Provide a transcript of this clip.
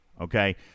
okay